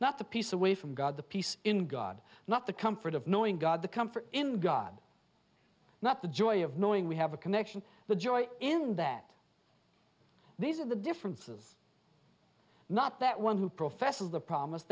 not to peace away from god the peace in god not the comfort of knowing god the comfort in god not the joy of knowing we have a connection but joy in that these are the differences not that one who professes the pro